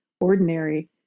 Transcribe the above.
ordinary